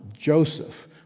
Joseph